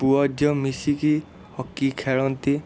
ପୁଅ ଝିଅ ମିଶିକି ହକି ଖେଳନ୍ତି